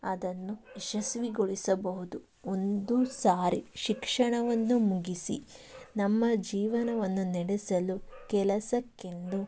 ಅದನ್ನು ಯಶಸ್ವಿಗೊಳಿಸಬಹುದು ಒಂದು ಸಾರಿ ಶಿಕ್ಷಣವನ್ನು ಮುಗಿಸಿ ನಮ್ಮ ಜೀವನವನ್ನು ನಡೆಸಲು ಕೆಲಸಕ್ಕೆಂದು